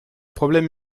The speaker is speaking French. problème